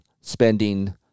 spending